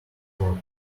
work